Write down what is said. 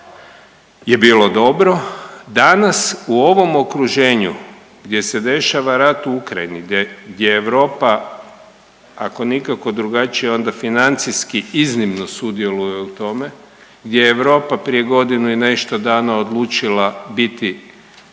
je bilo dobro. Danas, u ovom okruženju gdje se dešava rat u Ukrajini, gdje Europa, ako nikako drugačije, onda financijski iznimno sudjeluje u tome, gdje je Europa prije godinu i nešto dana odlučila biti